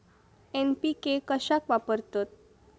NPK कशाक वापरतत?